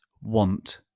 want